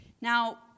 Now